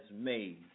made